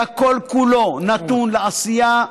היה כל-כולו נתון לעשייה,